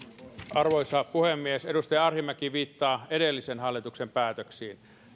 arvoisa puhemies edustaja arhinmäki viittaa edellisen hallituksen päätöksiin